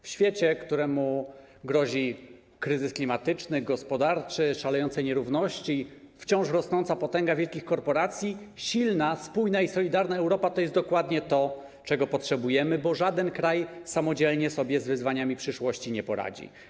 W świecie, któremu grozi kryzys klimatyczny, gospodarczy, szalejące nierówności, wciąż rosnąca potęga wielkich korporacji, silna, spójna i solidarna Europa to jest dokładnie to, czego potrzebujemy, bo żaden kraj samodzielnie sobie z wyzwaniami przyszłości nie poradzi.